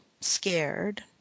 scared